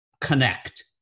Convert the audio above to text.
connect